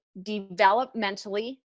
developmentally